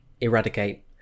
eradicate